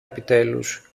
επιτέλους